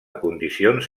condicions